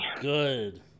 good